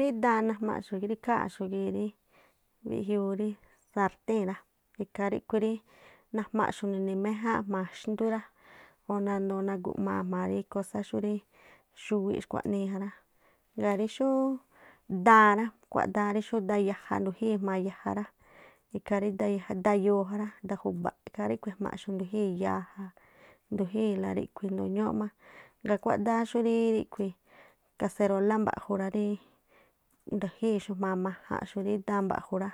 Rí daan najmaaꞌxu̱ rí ri mbiꞌjiuu rí sartíi̱n rá, ikhaa ríꞌkhui̱ rí najmaaꞌxu̱ nuni̱ méjáánꞌ jma̱a xndú rá oh, nandoo naguꞌmaa jma̱a rí kosá xúrí xuwiꞌ khua̱nii ja rá. Ngaa̱ rí xú daan rá, kuaꞌdáá rí xú ndayaꞌja ndu̱jii̱ jma̱a yaja ikhaa rí daya- dayoo- ja rá, da ju̱ba̱ꞌ ikhaa ríꞌkhui̱ ejmaaꞌxu̱ ndujii̱ yaja, ndu̱jii̱la ríꞌkhui̱ ndu ñúú má. Ngaa kuádáá xurí kaserólá mba̱ꞌju̱ rá rí ndu̱jii̱ jma̱a majanꞌxu̱ rí da mbaꞌju̱ rá,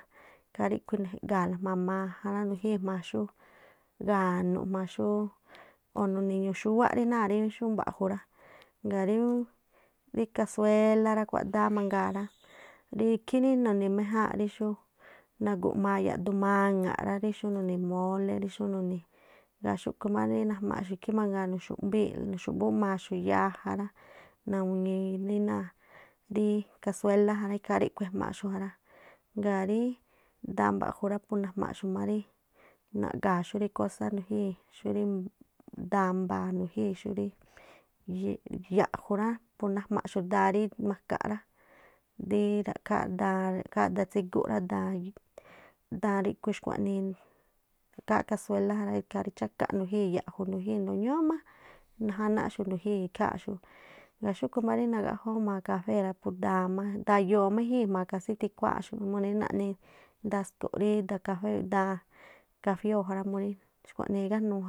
ikhaa ríꞌkhui̱ ndujii̱la jma̱a ma̱jan rá, ndujii̱ jma̱a xú ga̱nu̱ꞌ jma̱a xú o̱ nuni ñu̱ xúwáꞌ rí xú ná̱a̱ mba̱ꞌju̱ rá. Ngaa̱ ríín kasuéla rá kuádáá mangaa 6 rá, rí ikhí rí nu̱ni̱ méjáa̱nꞌ rí xú, nagu̱ꞌmaa yaꞌdu maŋaꞌ rí xú nuni̱ molé rí xú nuni. Ngaa̱ xúꞌkhu̱ má ri najmaaꞌxu̱ ikhí mangaa nuxu̱mbii̱ꞌ nuxu̱ꞌmbúmaaxu̱ yaja rá, rí náa̱ kasuéla ja rá ikhaa ríꞌkhui̱ ejmaaꞌxu̱ ja rá. Ngaa̱ rí daan mba̱ꞌju̱ rá pu najmaa xu̱ ma rí naꞌga̱a̱ xú rí kósá nugii̱ xúrí da̱a̱n mbaa̱ nugíi̱ xúrí. Ya̱ꞌju̱̱ rá, pu najmaaꞌxu̱ daa rí makaꞌ rá, rí ra̱khaaꞌ daa rí ra̱̱kháá daa tsígúꞌ rá daai daan ríkhui̱ xkhua̱nii, ra̱khááꞌ kasuéla ja rá, ikhaa rí chákaꞌ ndujii̱, nugii̱ ndu ñúúꞌ má najanáꞌxu̱ ndu̱jii̱ ikháa̱nꞌxu̱. Ngaa̱ xúꞌkhui̱ má rí nagaꞌjóó jma̱a kafé rá pu daan má, dayoo má ijii̱ má kasí tikhuáa̱nꞌxu̱ꞌ mu rí naꞌni ndaꞌku̱ rí kakafé daan kafiúu̱ ja rá murí xkuaꞌnii igájnuu.